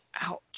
Ouch